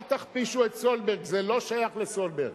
אל תכפישו את סולברג, זה לא שייך לסולברג.